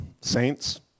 saints